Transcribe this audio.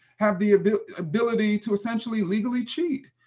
have the ability ability to essentially legally cheat.